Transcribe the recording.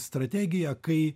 strategiją kai